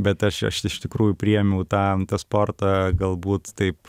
bet aš aš iš tikrųjų priėmiau tą tą sportą galbūt taip